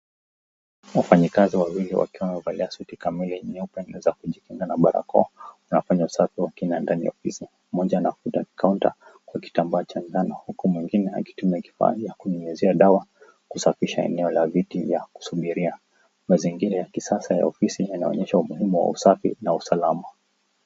Wafanyakazi wawili wakiwa wamevalia suti kamili nyeupe za kujikinga na barakoa wanafanya usafi wa kina ndani ya ofisi. Mmoja anakuta kaunta kwa kitambaa cha ng'ano huku mwingine akitumia kifaa ya kunyunyizia dawa kusafisha eneo la viti vya kusubiria. Mazingira ya kisasa ya ofisi yanaonyesha umuhimu wa usafi na usalama.